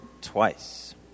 twice